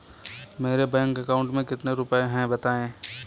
मेरे bank account में कितने रुपए हैं बताएँ?